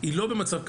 היא לא במצב כלכלי,